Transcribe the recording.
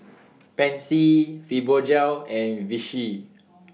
Pansy Fibogel and Vichy